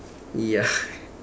ya